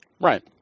Right